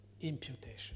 Imputation